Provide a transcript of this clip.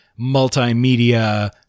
multimedia